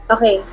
Okay